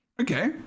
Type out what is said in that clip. Okay